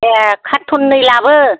दे कार्टननै लाबो